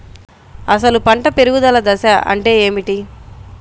అసలు పంట పెరుగుదల దశ అంటే ఏమిటి?